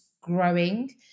growing